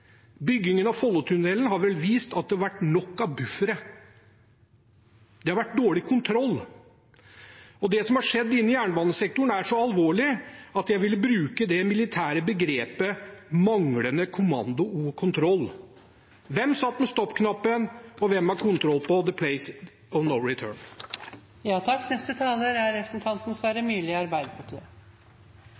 Byggingen av Follotunnelen har vel vist at det har vært nok av buffere. Det har vært dårlig kontroll. Det som har skjedd i jernbanesektoren, er så alvorlig at jeg vil bruke det militære begrepet manglende kommando og kontroll. Hvem satt med stopp-knappen, og hvem har kontroll på